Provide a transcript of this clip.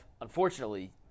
Unfortunately